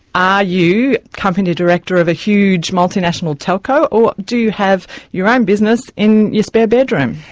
are you company director of a huge multinational telco or do you have your own business in your spare bedroom?